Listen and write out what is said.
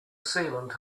sealant